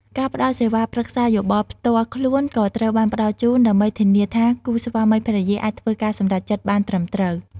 ការផ្តល់សេវាប្រឹក្សាយោបល់ផ្ទាល់ខ្លួនក៏ត្រូវបានផ្តល់ជូនដើម្បីធានាថាគូស្វាមីភរិយាអាចធ្វើការសម្រេចចិត្តបានត្រឹមត្រូវ។